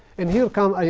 and here come i